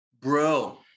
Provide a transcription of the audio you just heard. Bro